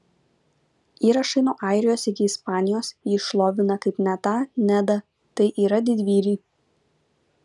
įrašai nuo airijos iki ispanijos jį šlovina kaip netą nedą tai yra didvyrį